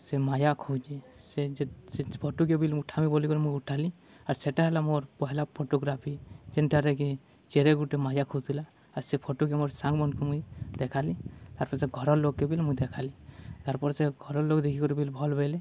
ସେ ମୟା ଖୋଜି ସେ ଯେ ସେ ଫଟୋ କେ ବିଲ ମୁଁ ଉଠାମି ବୋଲିକରି ମୁଁ ଉଠାଲି ଆର୍ ସେଇଟା ହେଲା ମୋର ପହିଲା ଫଟୋଗ୍ରାଫି ଯେନ୍ଟାରେକି ଚେରେ ଗୁଟେ ମାଜା ଖୋଜଥିଲା ଆର୍ ସେ ଫଟୋ କେ ମୋର ସାଙ୍ଗମାନଙ୍କୁ ମୁଇଁ ଦେଖାଲି ତାର୍ ପରେ ସେ ଘର ଲୋକକେ ବିଲ ମୁଇଁ ଦେଖାଲି ତାର୍ ପରେ ସେ ଘର ଲୋକ ଦେଖିକରି ବି ଭଲ ବଇଲି